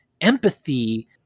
empathy